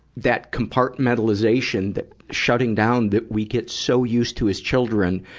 that compartmentalization, that shutting down that we get so used to as children,